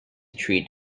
treat